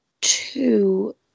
two